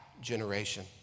generation